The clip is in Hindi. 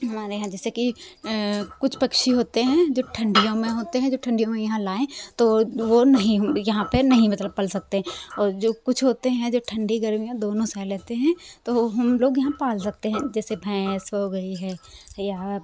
हमारे यहाँ जैसे कि कुछ पक्षी होते हैं जब ठंडियाँ मा होते हैं जब ठंड में यहाँ लाएं तो वो नहीं यहाँ पे नहीं मलतब पल सकते और जो कुछ होते हैं जो ठंडी गर्मियों दोनों सह लेते हैं तो हम लोग यहाँ पाल सकते हैं जैसे भैंस हो गई है या